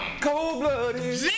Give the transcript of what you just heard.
Cold-blooded